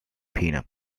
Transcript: peanut